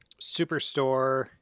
Superstore